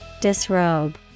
disrobe